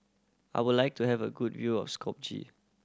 I would like to have a good view of Skopje